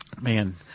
Man